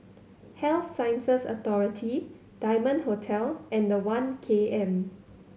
Health Sciences Authority Diamond Hotel and One K M